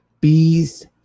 Bees